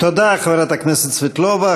תודה, חברת הכנסת סבטלובה.